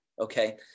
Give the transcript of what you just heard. okay